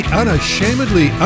unashamedly